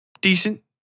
decent